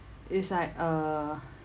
it's like uh